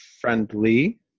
friendly